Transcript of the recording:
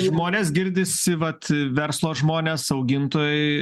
žmonės girdisi vat verslo žmonės augintojai